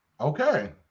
okay